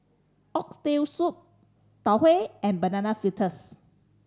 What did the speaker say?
Oxtail Soup Tau Huay and Banana Fritters